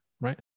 right